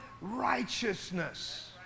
righteousness